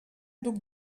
duc